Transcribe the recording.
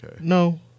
No